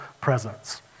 presence